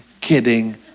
kidding